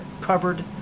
covered